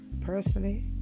personally